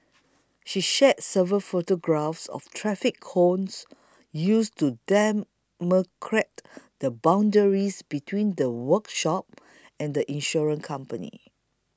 she shared several photographs of traffic cones used to demarcate the boundaries between the workshop and insurance company